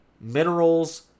minerals